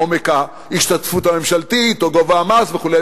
עומק ההשתתפות הממשלתית או גובה המס וכו'?